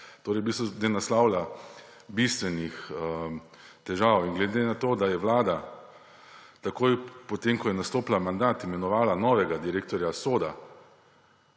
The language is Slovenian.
Torej v bistvu ne naslavlja bistvenih težav. In glede na to, da je Vlada takoj, potem ko je nastopila mandat, imenovala novega direktorja SODA,